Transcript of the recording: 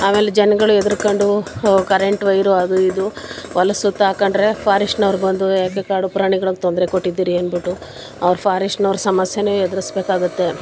ಆಮೇಲೆ ಜನಗಳು ಹೆದ್ರಕಂಡು ಹ ಕರೆಂಟ್ ವೈರು ಅದು ಇದು ಹೊಲದ್ ಸುತ್ತಾಕೊಂಡ್ರೆ ಫಾರೆಶ್ಟ್ನವ್ರು ಬಂದು ಯಾಕೆ ಕಾಡು ಪ್ರಾಣಿಗಳಗೆ ತೊಂದರೆ ಕೊಟ್ಟಿದ್ದೀರಿ ಅಂದುಬಿಟ್ಟು ಅವ್ರು ಫಾರೆಶ್ಟ್ನವ್ರ ಸಮಸ್ಯೆನೇ ಎದ್ರಿಸ್ಬೇಕಾಗತ್ತೆ